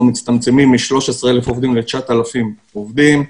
מצטמצמים מ-13,000 עובדים ל-9,000 עובדים.